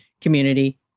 community